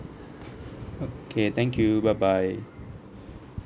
okay thank you bye bye